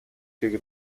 gegen